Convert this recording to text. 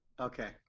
Okay